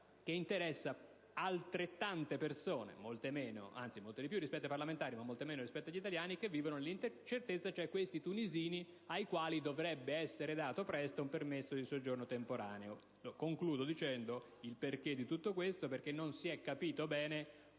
che interessa tante persone, molte di più rispetto ai parlamentari ma molte di meno rispetto agli italiani, che vivono nell'incertezza. Mi riferisco ai tunisini ai quali dovrebbe essere dato presto un permesso di soggiorno temporaneo. Concludo dicendo il perché di tutto questo, cioè che non si è compreso bene